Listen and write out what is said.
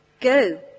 Go